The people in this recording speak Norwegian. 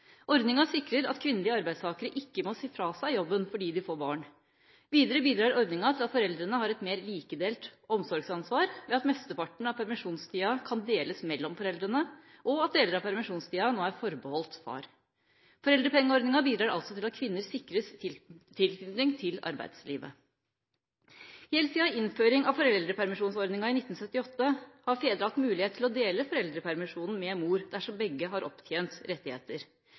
Ordninga sikrer at kvinnelige arbeidstakere ikke må si fra seg jobben fordi de får barn. Videre bidrar ordninga til at foreldrene har et mer likedelt omsorgsansvar ved at mesteparten av permisjonstida kan deles mellom foreldrene, og at deler av permisjonstida nå er forbeholdt far. Foreldrepengeordninga bidrar altså til at kvinner sikres tilknytning til arbeidslivet. Helt siden innføring av foreldrepermisjonsordninga i 1978 har fedre hatt mulighet til å dele foreldrepermisjonen med mor dersom begge har opptjent rettigheter.